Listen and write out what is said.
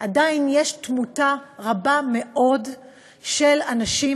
עדיין יש תמותה רבה מאוד של אנשים,